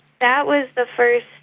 that was the first